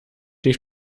lief